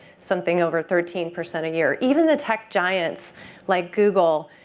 something over thirteen percent a year. even the tech giants like google,